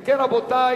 אם כן, רבותי,